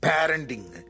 Parenting